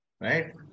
right